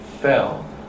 fell